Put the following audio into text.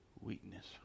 weakness